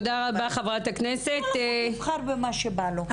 כל אחד יבחר במה שבא לו.